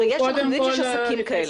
הרי יש עסקים כאלה.